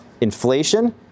inflation